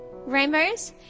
Rainbows